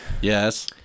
yes